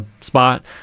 spot